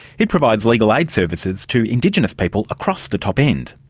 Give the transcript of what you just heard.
it provides legal aid services to indigenous people across the top end.